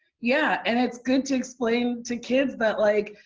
yeah, and it's good to explain to kids that, like,